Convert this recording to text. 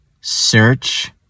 Search